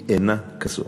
היא אינה כזאת.